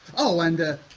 oh, and